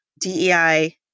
DEI